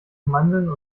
mandeln